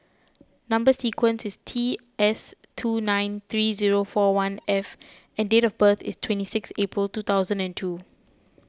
Number Sequence is T S two nine three zero four one F and date of birth is twenty six April two thousand and two